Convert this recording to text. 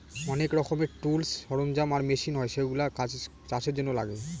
অনেক রকমের টুলস, সরঞ্জাম আর মেশিন হয় যেগুলা চাষের জন্য লাগে